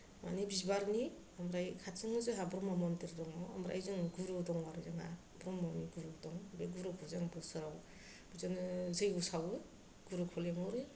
माने बिबारनि ओमफ्राय खाथियाव जोंहा ब्रह्म मन्दिर दङ' ओमफ्राय जों गुरु दं आरो जोंहा ब्रह्मनि गुरु दं बे गुरुखौ जों बोसोराव जोङो जैग्य' सावो गुरुखौ लिंहरो